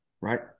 right